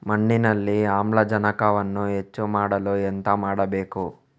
ಮಣ್ಣಿನಲ್ಲಿ ಆಮ್ಲಜನಕವನ್ನು ಹೆಚ್ಚು ಮಾಡಲು ಎಂತ ಮಾಡಬೇಕು?